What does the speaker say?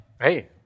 Hey